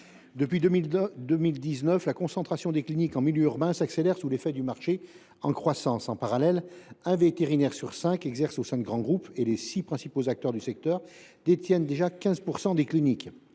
Depuis 2019, la concentration des cliniques en milieu urbain s’accélère sous l’effet d’un marché en croissance. Parallèlement, un vétérinaire sur cinq exerce au sein de grands groupes et les six principaux acteurs du secteur détiennent déjà 15 % des cliniques.